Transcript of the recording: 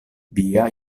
via